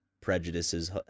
prejudices